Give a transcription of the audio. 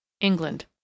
England